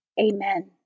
Amen